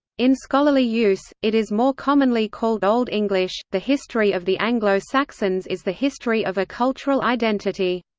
in scholarly use, it is more commonly called old english the history of the anglo-saxons is the history of a cultural identity.